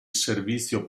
servizio